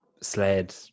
sled